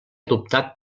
adoptat